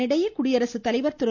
இதனிடையே குடியரசுத்தலைவர் திரு